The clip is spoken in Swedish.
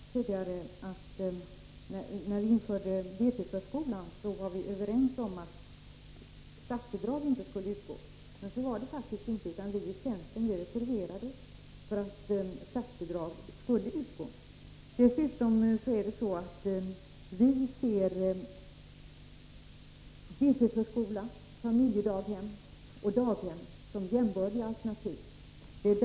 Fru talman! Anita Persson sade tidigare att vi, när vi införde deltidsförskolan, var överens om att statsbidrag inte skulle utgå. Så var det faktiskt inte, utan vi i centern reserverade oss för att statsbidrag skulle utgå. Dessutom ser vi deltidsförskola, familjedaghem och daghem som jämbördiga alternativ. Familjedaghem är ingalunda enbart ett komplement.